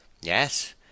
Yes